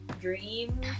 Dream